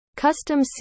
Custom